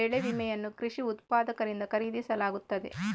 ಬೆಳೆ ವಿಮೆಯನ್ನು ಕೃಷಿ ಉತ್ಪಾದಕರಿಂದ ಖರೀದಿಸಲಾಗುತ್ತದೆ